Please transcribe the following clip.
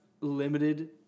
limited